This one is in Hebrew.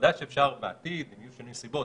ודאי שאפשר בעתיד אם יהיה שינוי נסיבות,